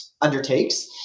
undertakes